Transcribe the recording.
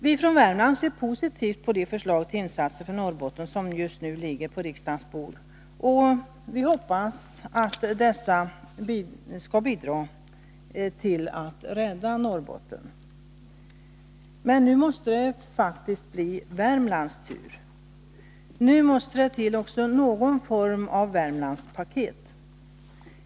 Vi från Värmland ser positivt på de förslag till insatser för Norrbotten som just nu ligger på riksdagens bord, och vi hoppas att dessa skall bidra till att rädda Norrbotten. Men nu måste det faktiskt bli Värmlands tur. Nu måste det till också någon form av Värmlandspaket.